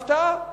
הפתעה,